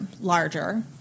larger